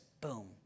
boom